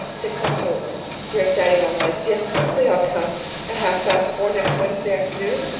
sixth october dearest daddy-long-legs, yes, certainly i'll come at half-past four next wednesday afternoon.